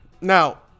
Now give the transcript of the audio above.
Now